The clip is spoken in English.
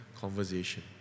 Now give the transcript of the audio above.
conversation